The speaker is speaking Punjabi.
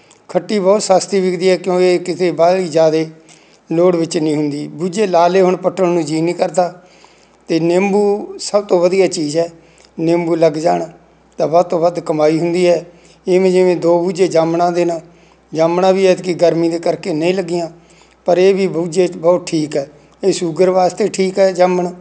ਖੱਟੀ ਬਹੁਤ ਸਸਤੀ ਵਿਕਦੀ ਹੈ ਕਿਉਂਕਿ ਕਿਤੇ ਬਾਹਲੀ ਜ਼ਿਆਦਾ ਲੋੜ ਵਿੱਚ ਨਹੀਂ ਹੁੰਦੀ ਬੂਝੇ ਲਾ ਲਏ ਹੁਣ ਪੱਟਣ ਨੂੰ ਜੀਅ ਨਹੀਂ ਕਰਦਾ ਅਤੇ ਨਿੰਬੂ ਸਭ ਤੋਂ ਵਧੀਆ ਚੀਜ਼ ਹੈ ਨਿੰਬੂ ਲੱਗ ਜਾਣ ਤਾਂ ਵੱਧ ਤੋਂ ਵੱਧ ਕਮਾਈ ਹੁੰਦੀ ਹੈ ਇਵੇਂ ਜਿਵੇਂ ਦੋ ਬੂਝੇ ਜਾਮਣਾਂ ਦੇ ਨੇ ਜਾਮਣਾਂ ਵੀ ਐਤਕੀ ਗਰਮੀ ਦੇ ਕਰਕੇ ਨਹੀਂ ਲੱਗੀਆਂ ਪਰ ਇਹ ਵੀ ਬੂਝੇ ਬਹੁਤ ਠੀਕ ਹੈ ਇਹ ਸ਼ੂਗਰ ਵਾਸਤੇ ਠੀਕ ਹੈ ਜਾਮਣ